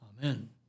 Amen